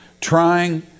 trying